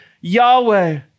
Yahweh